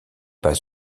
pas